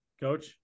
Coach